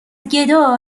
گدا